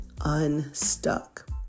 unstuck